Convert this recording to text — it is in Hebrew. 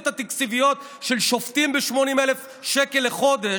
התקציביות של שופטים ב-80,000 שקל לחודש,